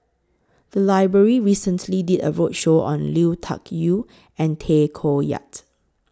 The Library recently did A roadshow on Lui Tuck Yew and Tay Koh Yat